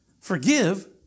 Forgive